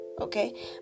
okay